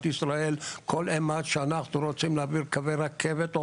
ישראל כול אימת שאנחנו רוצים להעביר קווי רכבת או